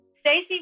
Stacey